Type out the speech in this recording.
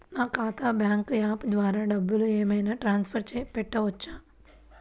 నా ఖాతా bank app ద్వారా డబ్బులు ఏమైనా ట్రాన్స్ఫర్ పెట్టుకోవచ్చా?